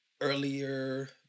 earlier